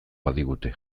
badigute